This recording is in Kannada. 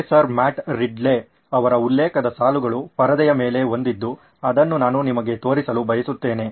ಪ್ರೊಫೆಸರ್ ಮ್ಯಾಟ್ ರಿಡ್ಲೆ ಅವರ ಉಲ್ಲೇಖದ ಸಾಲುಗಳು ಪರದೆಯ ಮೇಲೆ ಹೊಂದಿದ್ದು ಅದನ್ನು ನಾನು ನಿಮಗೆ ತೋರಿಸಲು ಬಯಸುತ್ತೇನೆ